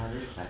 ya just like